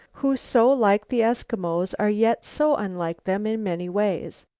who so like the eskimos are yet so unlike them in many ways.